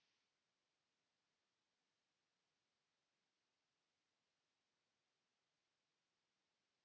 Kiitos,